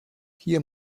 hier